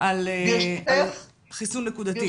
על חיסון נקודתי.